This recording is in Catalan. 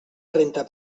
renda